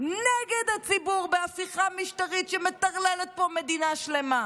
נגד הציבור בהפיכה משטרית שמטרללת פה מדינה שלמה,